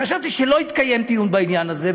חשבתי שלא יתקיים דיון בעניין הזה,